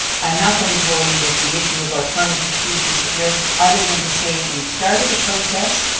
i'm not going to bore you with the issue about permits of species at risk other than to say, we've started the process,